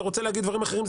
אתה רוצה להגיד דברים אחרים?